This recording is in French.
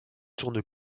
tourne